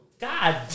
God